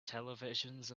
televisions